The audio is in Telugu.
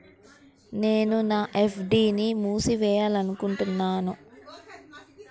నేను నా ఎఫ్.డీ ని మూసివేయాలనుకుంటున్నాను